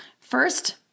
First